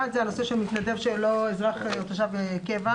אחד זה הנושא של מתנדב שלא אזרח או תושב קבע,